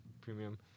Premium